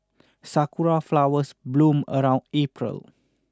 sakura flowers bloom around April